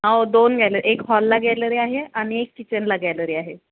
हो दोन गॅले एक हॉलला गॅलरी आहे आणि एक किचनला गॅलरी आहे